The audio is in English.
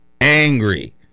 angry